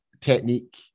technique